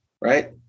right